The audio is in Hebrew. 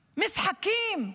משחקים,